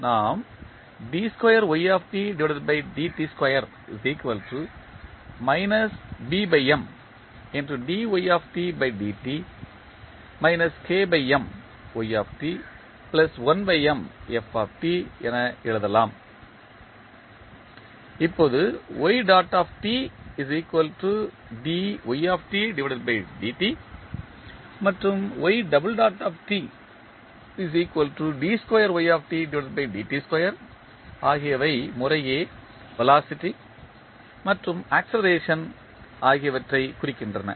நாம் என எழுதலாம் இப்போது மற்றும் ஆகியவை முறையே வெலாசிட்டி மற்றும் ஆக்ஸெலரேஷன் ஆகியவற்றைக் குறிக்கின்றன